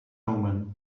omen